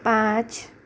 पाँच